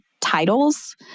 titles